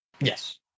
Yes